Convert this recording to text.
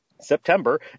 September